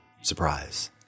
surprise